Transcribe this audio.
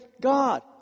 God